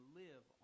live